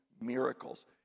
miracles